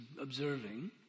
observing